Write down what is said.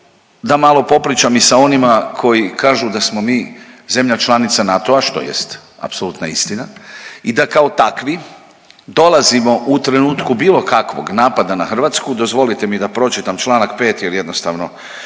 da malo popričam i sa onima koji kažu da smo mi zemlja članica NATO-a što jest apsolutna istina i da kao takvi dolazimo u trenutku bilo kakvog napada na Hrvatsku, dozvolite mi da pročitam Članak 5. jer jednostavno